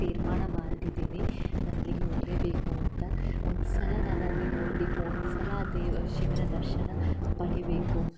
ತೀರ್ಮಾನ ಮಾಡಿದ್ದೀನಿ ನಾನು ಅಲ್ಲಿಗೆ ಹೋಗಲೇ ಬೇಕು ಅಂತ ಒಂದ್ಸಲ ನಾನು ಅಲ್ಲಿ ನೋಡಬೇಕು ಒಂದ್ಸಲ ಆ ದೇವ ಶಿವನ ದರ್ಶನ ಪಡಿಬೇಕು